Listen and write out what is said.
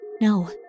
No